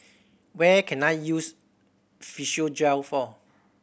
what can I use Physiogel for